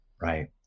Right